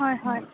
হয় হয়